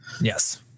yes